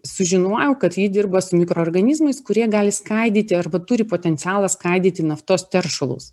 sužinojau kad ji dirba su mikroorganizmais kurie gali skaidyti arba turi potencialą skaidyti naftos teršalus